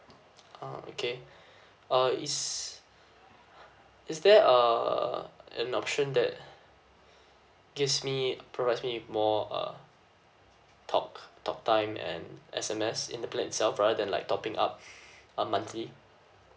ah okay uh is is there uh an option that gives me provides me with more uh talk talk time and S_M_S in the plan itself rather than like topping up uh monthly